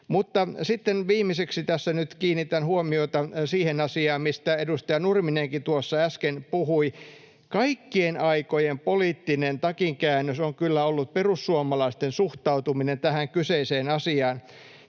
Sitten viimeiseksi tässä nyt kiinnitän huomiota siihen asiaan, mistä edustaja Nurminenkin tuossa äsken puhui. Kaikkien aikojen poliittinen takinkäännös on kyllä ollut perussuomalaisten suhtautuminen tähän kyseiseen asiaan.